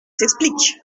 s’explique